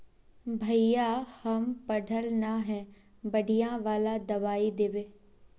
भैया हम पढ़ल न है बढ़िया वाला दबाइ देबे?